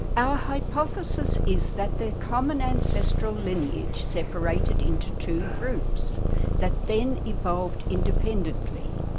our hypothesis is that their common ancestral lineage separated into two groups that then evolved independently.